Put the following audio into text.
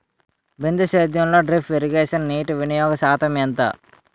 బిందు సేద్యంలో drip irrigation నీటివినియోగ శాతం ఎంత?